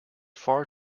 far